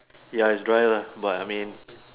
ya it's dry lah but I mean